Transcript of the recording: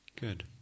Good